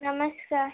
नमस्कार